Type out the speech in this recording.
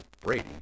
Brady